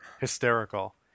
hysterical